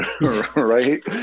right